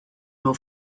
nhw